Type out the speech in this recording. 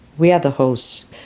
we are the hosts,